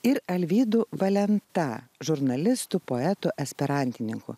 ir alvydu valenta žurnalistu poetu esperantininku